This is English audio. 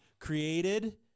Created